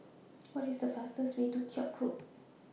What IS The fastest Way to Koek Road